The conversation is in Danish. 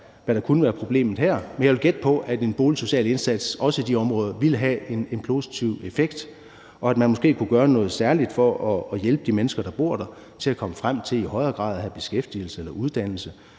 men jeg vil gætte på, at en boligsocial indsats også i de områder ville have en positiv effekt, og at man måske kunne gøre noget særligt for at hjælpe de mennesker, der bor der, til at komme frem til i højere grad at have beskæftigelse eller uddannelse.